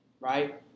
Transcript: right